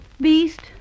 Beast